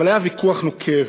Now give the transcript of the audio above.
אבל היה ויכוח נוקב.